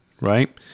right